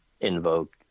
invoke